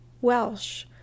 welsh